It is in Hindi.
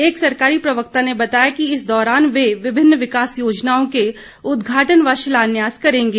एक सरकारी प्रवक्ता ने बताया कि इस दौरान वे विभिन्न विकास योजनाओं के उद्घाटन व शिलान्यास करेंगे